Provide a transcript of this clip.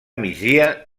migdia